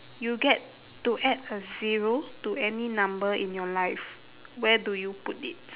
you get to add a zero to any number in your life where do you put it